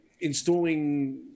Installing